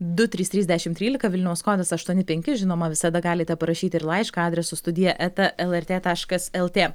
du trys trys dešim trylika vilniaus kodas aštuoni penki žinoma visada galite parašyti ir laišką adresu studija eta lrt taškas lt